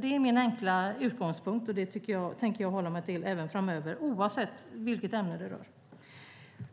Det är min enkla utgångspunkt. Det tänker jag hålla mig till även framöver, oavsett vilket ämne det gäller.